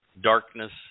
Darkness